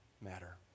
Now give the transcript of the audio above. matter